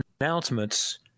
announcements